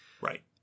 Right